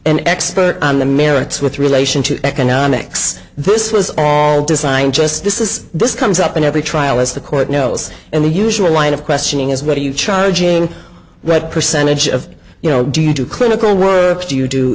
an expert on the merits with relation to economics this was all designed just this is this comes up in every trial as the court knows and the usual line of questioning is what are you charging what percentage of you know do you do clinical work do you do